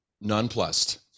nonplussed